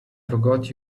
forgot